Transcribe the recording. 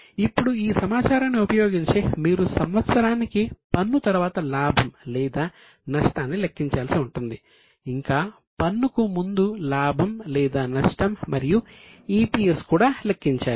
ఇప్పుడు ఈ సమాచారాన్ని ఉపయోగించి మీరు సంవత్సరానికి పన్ను తర్వాత లాభం లేదా నష్టాన్ని లెక్కించాల్సి ఉంటుంది ఇంకా పన్నుకు ముందు లాభం లేదా నష్టం మరియు EPS కూడా లెక్కించాలి